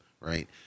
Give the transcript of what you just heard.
Right